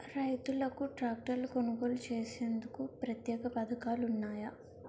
రైతులకు ట్రాక్టర్లు కొనుగోలు చేసేందుకు ప్రత్యేక పథకాలు ఉన్నాయా?